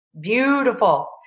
Beautiful